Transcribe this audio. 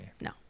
No